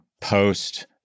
post